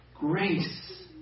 Grace